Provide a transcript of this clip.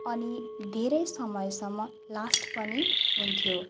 अनि धेरै समयसम्म लास्ट पनि हुन्थ्यो